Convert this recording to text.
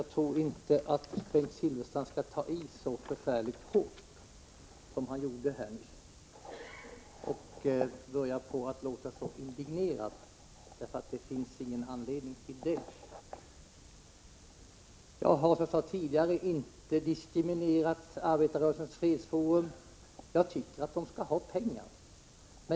Herr talman! Bengt Silfverstrand skall inte ta i så förfärligt hårt som han gjorde här nyss. Det finns ingen anledning att låta så indignerad som han gjorde. Jag har, som jag tidigare sade, inte diskriminerat Arbetarrörelsens fredsforum — jag tycker att organisationen skall ha pengar.